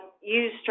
use